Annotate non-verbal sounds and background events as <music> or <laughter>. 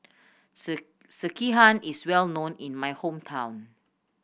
<unintelligible> sekihan is well known in my hometown